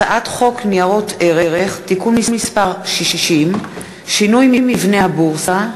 הצעת חוק ניירות ערך (תיקון מס' 60) (שינוי מבנה הבורסה),